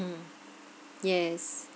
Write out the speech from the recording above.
mm yes